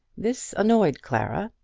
this annoyed clara,